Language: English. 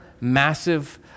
massive